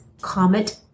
Comet